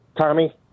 Tommy